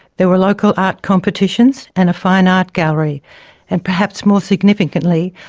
there were local art competitions, and a fine art gallery and, perhaps more significantly,